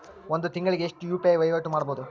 ಒಂದ್ ತಿಂಗಳಿಗೆ ಎಷ್ಟ ಯು.ಪಿ.ಐ ವಹಿವಾಟ ಮಾಡಬೋದು?